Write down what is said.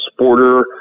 sporter